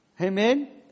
Amen